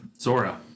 Zora